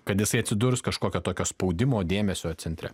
kad jisai atsidurs kažkokio tokio spaudimo dėmesio centre